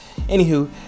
anywho